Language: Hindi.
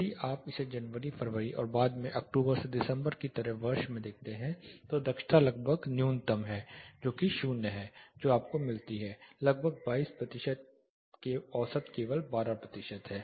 यदि आप इसे जनवरी फरवरी और बाद में अक्टूबर से दिसंबर की तरह वर्ष में देखते हैं तो दक्षता लगभग न्यूनतम दक्षता 0 है जो आपको मिलती है लगभग 22 प्रतिशत औसत केवल 12 प्रतिशत है